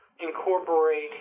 incorporate